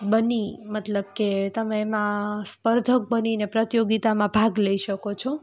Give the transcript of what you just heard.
બની મતલબ કે તમે એમાં સ્પર્ધક બનીને પ્રતિયોગીતામાં ભાગ લઈ શકો છો